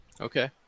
Okay